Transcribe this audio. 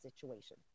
situation